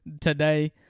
today